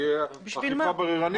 זאת תהיה אכיפה בררנית.